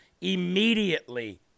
immediately